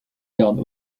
garde